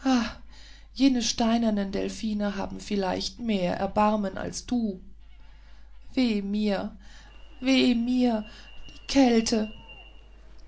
jene steinernen delphine haben vielleicht mehr erbarmen als du weh mir weh mir die kälte